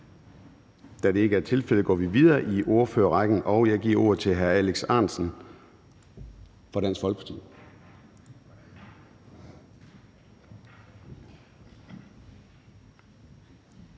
Da det ikke er tilfældet, går vi videre i ordførerrækken, og jeg giver ordet til hr. Alex Ahrendtsen fra Dansk Folkeparti.